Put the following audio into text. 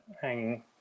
hanging